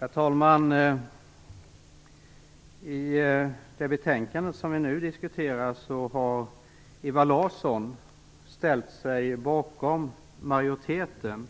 Herr talman! I det betänkande som vi nu diskuterar har Ewa Larsson ställt sig bakom majoriteten.